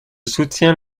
soutiens